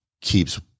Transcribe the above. keeps